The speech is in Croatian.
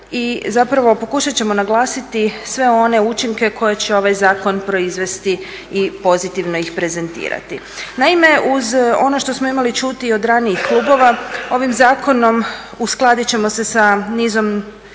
i zapravo pokušat ćemo naglasiti sve one učinke koje će ovaj zakon proizvesti i pozitivno ih prezentirati. Naime, uz ono što smo imali čuti i od ranijih klubova ovim zakonom uskladit ćemo se sa nizom